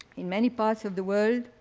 in many parts of the world,